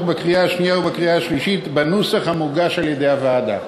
בקריאה שנייה ובקריאה שלישית בנוסח המוגש על-ידי הוועדה.